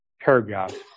paragraph